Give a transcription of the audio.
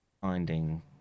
finding